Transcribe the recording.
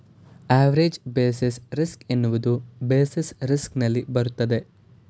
average basis risk ಎನ್ನುವುದು basis risk ನಲ್ಲಿ ಬರುತ್ತದೆ